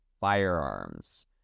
firearms